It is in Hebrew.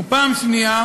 ופעם שנייה